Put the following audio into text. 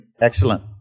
Excellent